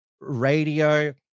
radio